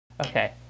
Okay